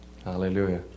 Hallelujah